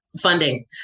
funding